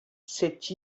cette